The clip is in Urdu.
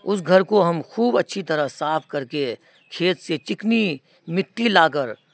اس گھر کو ہم خوب اچھی طرح صاف کر کے کھیت سے چکنی مٹی لا کر